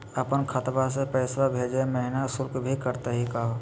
अपन खतवा से पैसवा भेजै महिना शुल्क भी कटतही का हो?